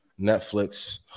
Netflix